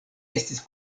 estis